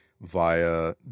via